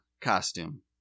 costume